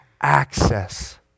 access